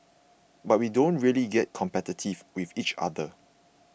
but we don't really get competitive with each other